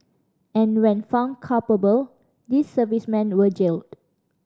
and when found culpable these servicemen were jailed